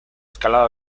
escalada